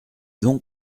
donc